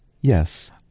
Yes